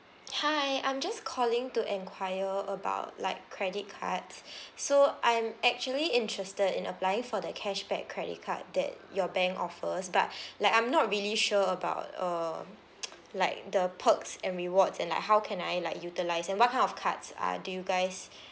hi I'm just calling to enquire about like credit cards so I'm actually interested in applying for the cashback credit card that your bank offers but like I'm not really sure about um like the perks and rewards and like how can I like utilise and what kind of cards ah do you guys